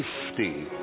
safety